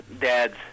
dad's